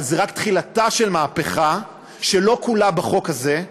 אבל זו רק תחילתה של מהפכה, שלא כולה בחוק הזה,